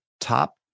top